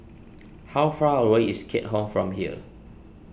how far away is Keat Hong from here